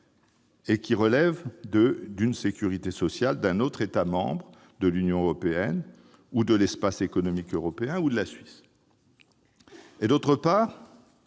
et relevant d'une sécurité sociale d'un autre État membre de l'Union européenne, de l'Espace économique européen ou de la Suisse. Il s'agit, d'autre part,